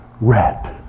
red